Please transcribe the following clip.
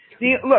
Look